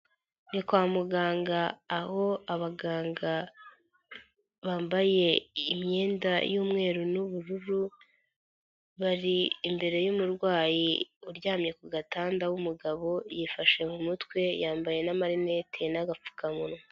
Ni kwa muganga aho abaganga bambaye imyenda y'umweru n'ubururu, bari imbere y'umurwayi uryamye ku gatanda w'umugabo yifashe mu mutwe yambaye n'amarinete n'agapfukamunwa.